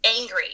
angry